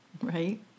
Right